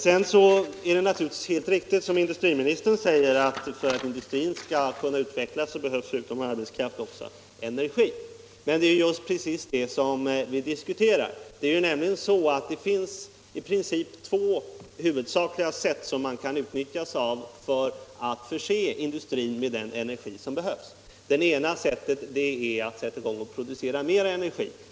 Sedan är det naturligtvis alldeles riktigt som industriministern säger att industrin för att kunna utvecklas förutom arbetskraft behöver energi. Men det är ju precis det vi diskuterar. Det finns huvudsakligen två sätt på vilka man kan förse industrin med den energi som behövs. Det ena sättet är att producera mer energi.